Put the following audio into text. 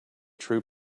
true